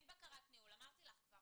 --- אין בקרת ניהול, אמרתי לך כבר.